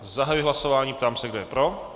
Zahajuji hlasování a ptám se, kdo je pro.